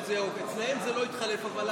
אצלם זה לא התחלף.